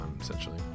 essentially